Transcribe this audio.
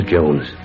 Jones